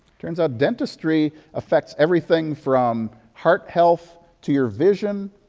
turns out dentistry affects everything from heart health, to your vision,